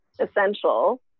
essential